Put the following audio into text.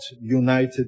united